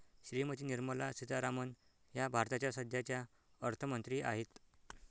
श्रीमती निर्मला सीतारामन या भारताच्या सध्याच्या अर्थमंत्री आहेत